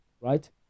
Right